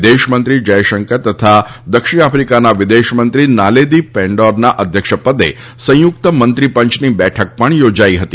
વિદેશ મંત્રી જયશંકર તથા દક્ષિણ આફિકાના વિદેશ મંત્રી નાલેદી પેંડોરના અધ્યક્ષપદે સંયુકત મંત્રી પંચની બેઠક પણ યોજાઇ હતી